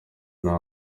nta